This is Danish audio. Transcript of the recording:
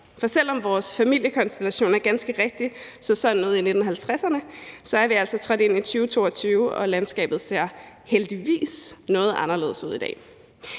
For selv om vores familiekonstellationer ganske rigtigt så sådan ud i 1950'erne, så er vi altså trådt ind i 2022, og landskabet ser heldigvis noget anderledes ud i dag.